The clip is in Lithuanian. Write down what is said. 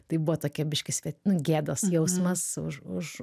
tai buvo tokia biškį sve nu gėdos jausmas už už